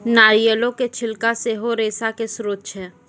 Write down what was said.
नारियलो के छिलका सेहो रेशा के स्त्रोत छै